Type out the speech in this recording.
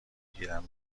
گیرم